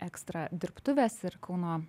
ekstra dirbtuvės ir kauno